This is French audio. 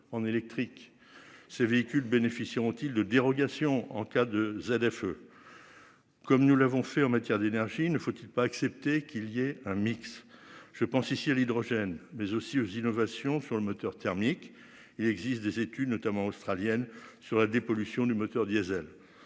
en électrique. Ces véhicules bénéficieront-ils de dérogation en cas de ZFE. Comme nous l'avons fait en matière d'énergie, ne faut-il pas accepter qu'il y a un mix je pense ici à l'hydrogène, mais aussi aux innovations sur le moteur thermique et il existe des études notamment australienne sur la dépollution du moteur diésel.